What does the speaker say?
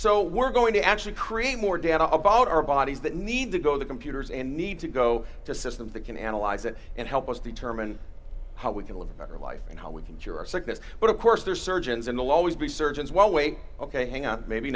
so we're going to actually create more data about our bodies that need to go the computers and need to go to systems that can analyze it and help us determine how we can live a better life and how we can share our sickness but of course there are surgeons in the law we'd be surgeons well way ok hang on maybe